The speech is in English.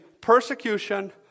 persecution